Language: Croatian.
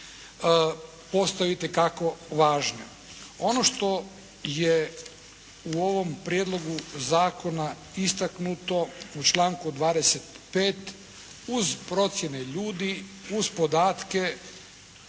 postaje itekako važno. Ono što je u ovom Prijedlogu zakona istaknuto u članku 25. uz procjene ljudi, uz podatke